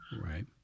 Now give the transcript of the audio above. Right